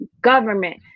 Government